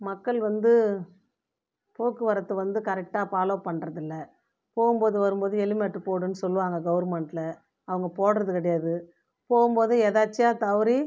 மக்கள் வந்து போக்குவரத்து வந்து கரெக்டா ஃபாலோ பண்ணுறது இல்லை போகும் போதும் வரும் போதும் ஹெல்மெட்டு போடுன்னு சொல்லுவாங்க கவுர்மண்ட்டில் அவங்க போடுகிறது கிடையாது போகும் போது எதிர்ச்சயாக தவறி